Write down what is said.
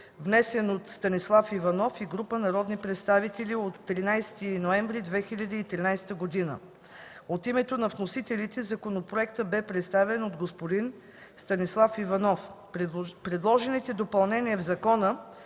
внесен от Станислав Иванов и група народни представители на 13 ноември 2013 г. От името на вносителите законопроектът бе представен от господин Станислав Иванов. Предложените допълнения в закона